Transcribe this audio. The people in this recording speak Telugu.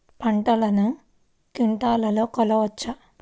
పంటను క్వింటాల్లలో కొలవచ్చా?